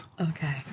Okay